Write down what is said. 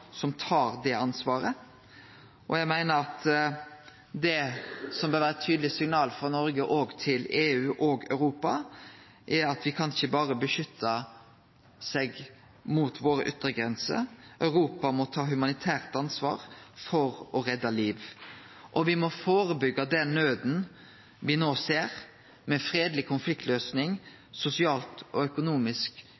som tar det ansvaret. Eg meiner at det tydelege signalet frå Noreg til EU og Europa bør vere at me ikkje berre kan beskytte våre yttergrenser. Europa må ta eit humanitært ansvar for å redde liv. Me må bidra til å førebyggje den nauda me no ser, med fredeleg konfliktløysing